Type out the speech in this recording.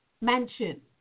mansion